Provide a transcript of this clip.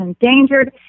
endangered